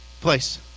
Place